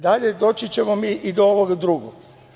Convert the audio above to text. Dalje, doći ćemo mi i do ovog drugog.